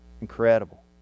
incredible